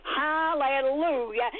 hallelujah